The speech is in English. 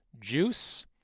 Juice